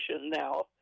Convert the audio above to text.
now